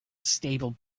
stable